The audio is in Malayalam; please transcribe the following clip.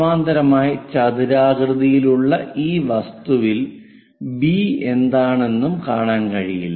സമാന്തരമായി ചതുരാകൃതിയിലുള്ള ഈ വസ്തുവിൽ ബി എന്താണ് എന്നും കാണാൻ കഴിയില്ല